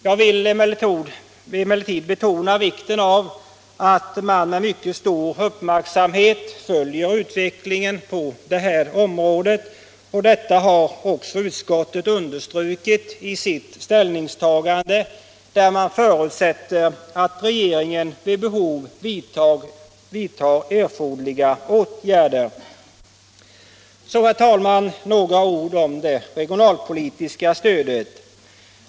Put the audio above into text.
Jag vill emellertid betona vikten av att man med mycket stor uppmärksamhet följer utvecklingen på området. Detta har också utskottet understrukit i sitt ställningstagande, där man förutsätter att regeringen vid behov vidtar erforderliga åtgärder. Så, herr talman, några ord om det regionalpolitiska stödet.